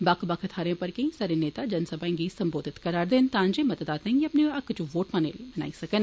बक्ख बक्ख थाहरें पर केई सारे नेता जनसभाएं गी संबोधित करै'रदे न तां जे मतदाताएं गी अपने हक्क च वोट पाने लेई मनाई सकन